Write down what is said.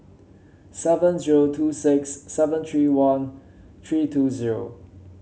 seven zero two six seven three one three two zero